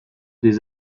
des